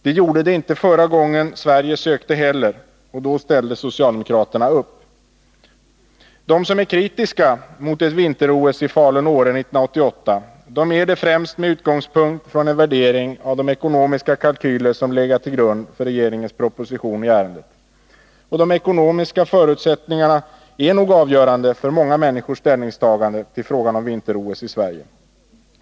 Det gjorde det inte heller förra gången Sverige ansökte, och då ställde socialdemokraterna upp. De som är kritiska mot ett vinter-OS i Falun och Åre 1988 är det främst med utgångspunkt från en värdering av de ekonomiska kalkyler som legat till grund för regeringens proposition i ärendet. De ekonomiska förutsättningarna är nog också avgörande för många människors ställningstagande till frågan om vinter-OS i Sverige.